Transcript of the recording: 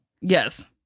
Yes